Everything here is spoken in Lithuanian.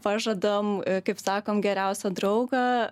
pažadam kaip sakom geriausią draugą